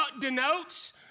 denotes